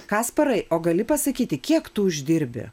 kasparai o gali pasakyti kiek tu uždirbi